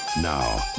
Now